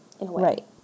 Right